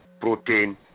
protein